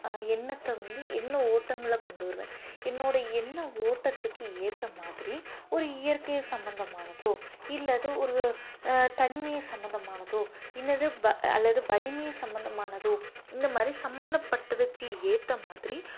எண்ணத்தை வந்து எண்ண ஓட்டங்களை கொண்டு வருவேன் என்னோடய எண்ண ஓட்டத்துக்கு ஏற்ற மாதிரி ஒரு இயற்கை சம்மந்தமானதோ இல்லது ஒரு தனிமையை சம்பந்தமானதோ இன்னது வ அல்லது வலிமையை சம்பந்தமானதோ இந்த மாதிரி சம்பந்தப்பட்டதுக்கு ஏற்ற மாதிரி